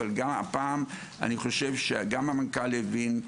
אבל הפעם אני חושב שגם המנכ"ל הבין,